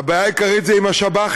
הבעיה העיקרית היא עם השב"חים.